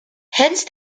hence